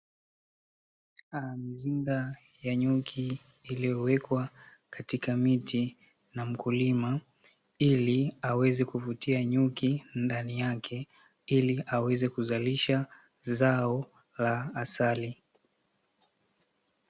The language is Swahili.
Mizinga ya nyuki iliyowekwa katika miti na mkulima ili aweze kuvutia nyuki ndani yake ili aweze kuzalisha zao la asali.